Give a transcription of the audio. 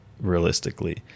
realistically